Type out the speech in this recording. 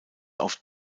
auf